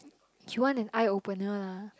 do you want an eye opener lah